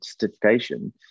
certification